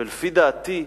ולפי דעתי,